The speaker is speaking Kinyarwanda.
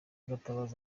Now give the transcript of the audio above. gatabazi